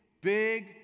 big